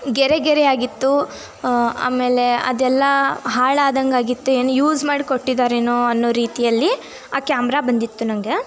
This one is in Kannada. ಗೆರೆ ಗೆರೆ ಆಗಿತ್ತು ಆಮೇಲೆ ಅದೆಲ್ಲ ಹಾಳಾದಂಗಾಗಿತ್ತು ಏನು ಯೂಸ್ ಮಾಡಿಕೊಟ್ಟಿದ್ದಾರೇನೊ ಅನ್ನೊ ರೀತಿಯಲ್ಲಿ ಆ ಕ್ಯಾಮ್ರಾ ಬಂದಿತ್ತು ನನಗೆ